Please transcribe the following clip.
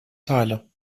teile